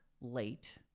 late